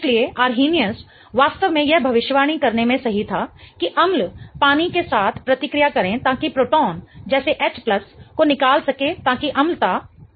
इसलिए अरहेनियस वास्तव में यह भविष्यवाणी करने में सही था कि अम्ल पानी के साथ प्रतिक्रिया करें ताकि प्रोटोन जैसे H को निकाल सके ताकि अम्लता हो